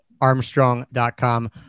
armstrong.com